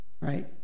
right